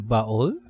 Baol